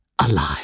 alive